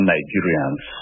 Nigerians